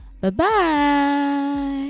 Bye-bye